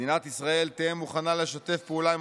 מדינת ישראל תהא מוכנה לשתף פעולה עם